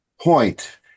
point